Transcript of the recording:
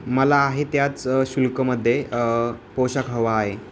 मला आहे त्याच शुल्कमध्ये पोषाख हवा आहे